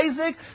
Isaac